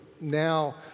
now